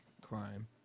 crime